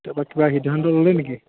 তাৰপৰা কিবা সিদ্ধান্ত ল'লে নেকি